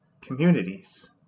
communities